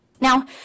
Now